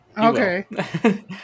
Okay